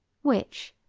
which,